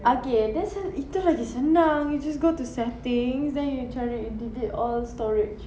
okay there's a itu lagi senang you just go to settings then you cari you delete all storage